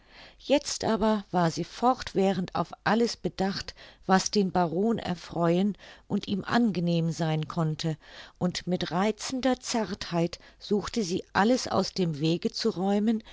jetzt aber war sie fortwährend auf alles bedacht was den baron erfreuen und ihm angenehm sein konnte und mit reizender zartheit suchte sie alles aus dem wege zu räumen